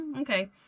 okay